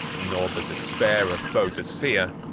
nor the despair of boadicea,